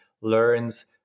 learns